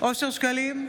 אושר שקלים,